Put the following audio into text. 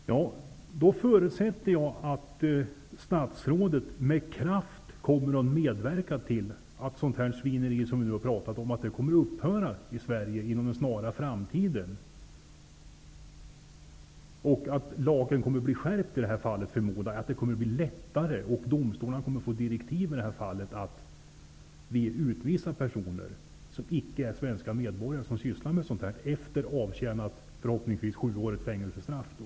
Fru talman! Då förutsätter jag att statsrådet med kraft kommer att medverka till att sådant svineri som vi har talat om inom en snar framtid kommer att upphöra i Sverige, att lagen kommer att skärpas och att domstolarna kommer att få direktiv att utvisa personer som sysslar med sådant här och som icke är svenska medborgare, efter att de har avtjänat ett fängelsestraff som förhoppningsvis är på sju år.